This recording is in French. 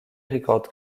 record